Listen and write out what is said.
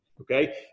okay